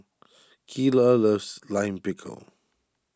Keyla loves Lime Pickle